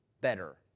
better